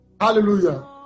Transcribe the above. Hallelujah